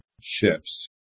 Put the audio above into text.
shifts